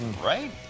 Right